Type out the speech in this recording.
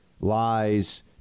lies